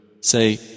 Say